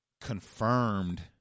confirmed